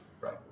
Right